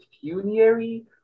funerary